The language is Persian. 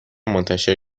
منتشر